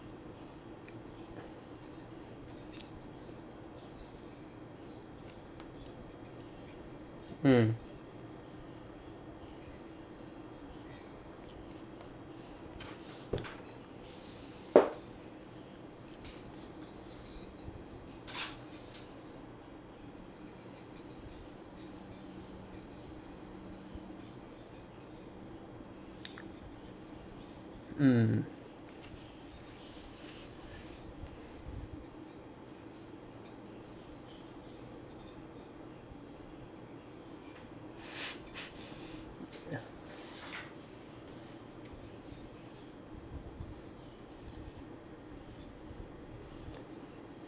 mm mm